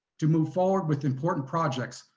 to move forward with important projects,